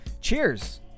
Cheers